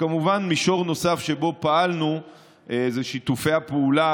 כמובן, מישור נוסף שבו פעלנו זה שיתופי הפעולה.